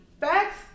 Facts